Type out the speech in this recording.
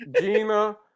Gina